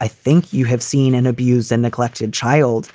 i think you have seen and abused and neglected child.